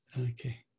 Okay